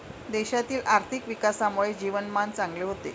देशातील आर्थिक विकासामुळे जीवनमान चांगले होते